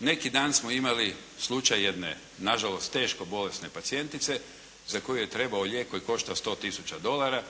Neki dan smo imali slučaj jedne, nažalost teško bolesne pacijentice za koju je trebao lijek koji je koštao 100 tisuća dolara,